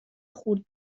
خرد